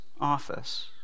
office